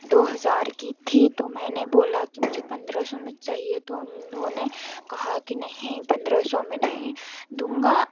दो हज़ार की थी तो मैंने बोला कि मुझे पंद्रह सौ में चाहिए तो उन्होंने कहा कि नहीं पंद्रह सौ में नहीं दूँगा